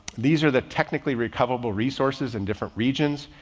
these are the technically recoverable resources in different regions.